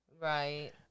right